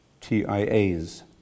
TIAs